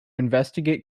investigate